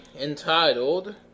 entitled